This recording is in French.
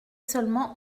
seulement